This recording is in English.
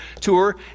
tour